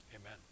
Amen